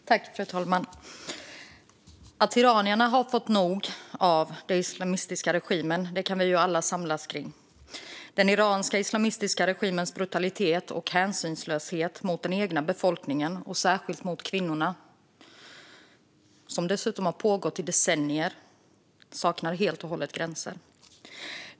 Fru talman! Att iranierna har fått nog av den islamistiska regimen kan vi alla samlas kring. Den iranska islamistiska regimens brutalitet och hänsynslöshet mot den egna befolkningen och särskilt mot kvinnorna - något som dessutom har pågått i decennier - saknar helt och hållet gränser.